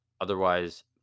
Otherwise